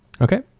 Okay